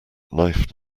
knife